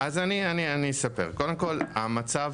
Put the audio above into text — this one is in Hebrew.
אז אני אספר: קודם כל, המצב